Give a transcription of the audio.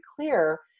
clear